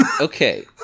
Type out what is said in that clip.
okay